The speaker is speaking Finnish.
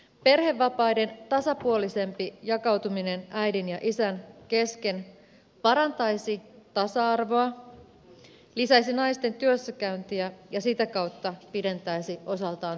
perhevapaiden tasapuolisempi jakautuminen äidin ja isän kesken parantaisi tasa arvoa lisäisi naisten työssäkäyntiä ja sitä kautta pidentäisi osaltaan työuria